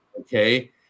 Okay